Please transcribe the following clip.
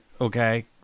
okay